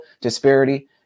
disparity